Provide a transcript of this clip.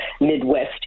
Midwest